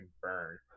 burn